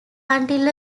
until